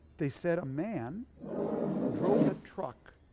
they said a man drove a truck